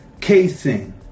casing